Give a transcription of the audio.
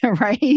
right